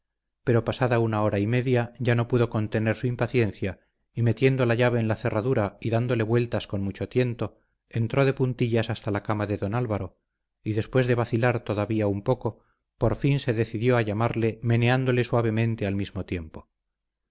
pero pasada una hora y media ya no pudo contener su impaciencia y metiendo la llave en la cerradura y dándole vueltas con mucho tiento entró de puntillas hasta la cama de don álvaro y después de vacilar todavía un poco por fin se decidió a llamarle meneándole suavemente al mismo tiempo